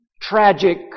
tragic